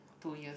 two year